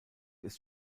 ist